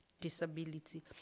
disability